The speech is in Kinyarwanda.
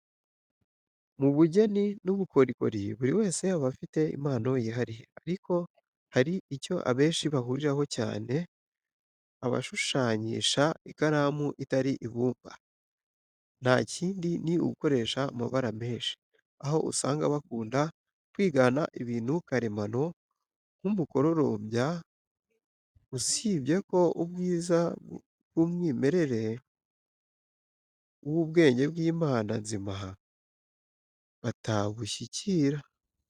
Mu bugeni n'ubukorikori buri wese aba afite impano yihariye, ariko hari icyo abenshi bahuriraho cyane abashushanyisha ikaramu atari ibumba, nta kindi ni ugukoresha amabara menshi, aho usanga bakunda kwigana ibintu karemano nk'umukororombya, usibye ko ubwiza bw'umwimerere w'ubwenge bw'Imana nzima batabushyikira.